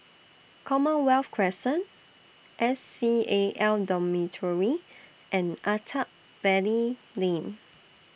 Commonwealth Crescent S C A L Dormitory and Attap Valley Lane